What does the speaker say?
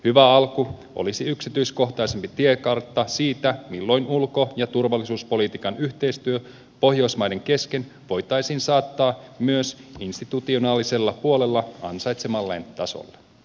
hyvä alku olisi yksityiskohtaisempi tiekartta siitä milloin ulko ja turvallisuuspolitiikan yhteistyö pohjoismaiden kesken voitaisiin saattaa myös institutionaalisella puolella ansaitsemalleen tasolle